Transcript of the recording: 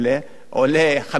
70,000 שקל בשנה,